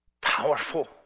Powerful